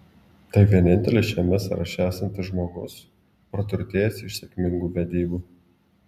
tai vienintelis šiame sąraše esantis žmogus praturtėjęs iš sėkmingų vedybų